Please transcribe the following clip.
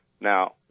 Now